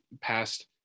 past